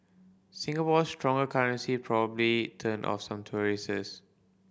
Singapore's stronger currency probably turned off some